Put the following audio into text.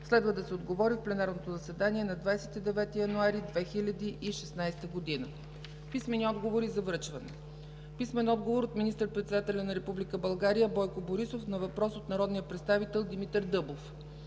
Следва да се отговори в пленарното заседание на 29 януари 2016 г. Писмени отговори за връчване от: - министър-председателя на Република България Бойко Борисов на въпрос от народния представител Димитър Дъбов;